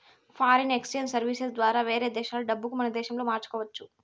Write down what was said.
foreign exchange services ద్వారా వేరే దేశాల డబ్బులు మన దేశంలోకి మార్చుకోవచ్చు